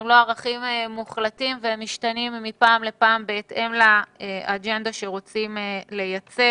הם לא ערכים מוחלטים והם משתנים מפעם לפעם בהתאם לאג'נדה שרוצים לייצר.